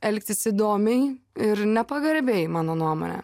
elgtis įdomiai ir nepagarbiai mano nuomone